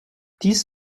dies